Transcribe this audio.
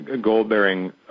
gold-bearing